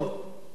מזל.